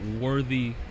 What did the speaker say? worthy